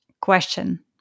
question